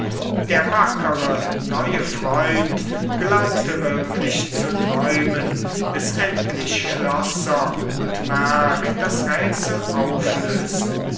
der wackere neue freund glaubte wirklich zu träumen bis endlich schlosser und merck das rätsel auflösten